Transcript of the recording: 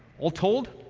all told,